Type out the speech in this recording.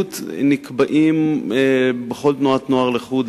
ההשתתפות נקבעים בכל תנועת נוער לחוד,